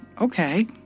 okay